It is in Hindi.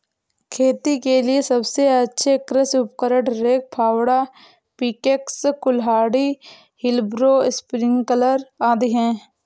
खेत के लिए सबसे अच्छे कृषि उपकरण, रेक, फावड़ा, पिकैक्स, कुल्हाड़ी, व्हीलब्रो, स्प्रिंकलर आदि है